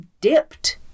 dipped